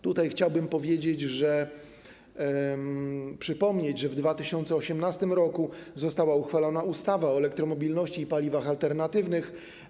Tutaj chciałbym powiedzieć i przypomnieć, że w 2018 r. została uchwalona ustawa o elektromobilności i paliwach alternatywnych.